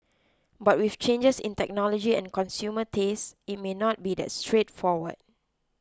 but with changes in technology and consumer tastes it may not be that straightforward